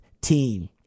team